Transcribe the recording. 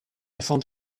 found